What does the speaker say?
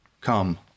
Come